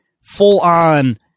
full-on –